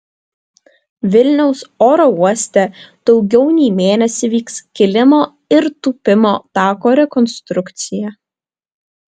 vilniaus oro uote daugiau nei mėnesį vyks kilimo ir tūpimo tako rekonstrukcija